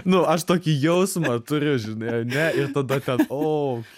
nu aš tokį jausmą turiu žinai ane ir tada ten o